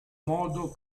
modo